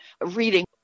reading